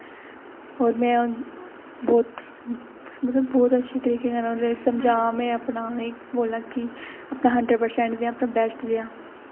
और में बौह्त अच्छे तरीके कन्नै समझां में बोल्लां कि हंड्रड परसैंट देआं अपना बैस्ट देआं